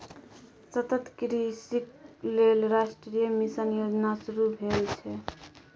सतत कृषिक लेल राष्ट्रीय मिशन योजना शुरू भेल छै